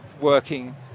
working